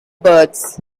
birds